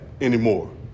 anymore